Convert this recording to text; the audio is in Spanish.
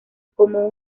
como